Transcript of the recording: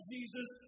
Jesus